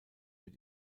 wird